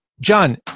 John